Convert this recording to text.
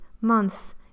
months